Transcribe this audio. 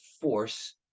force